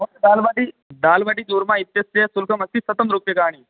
दाल्बाटि दाल्बाटिचूर्मा इत्यस्य शुल्कमस्ति शतं रूप्यकाणि